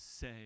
say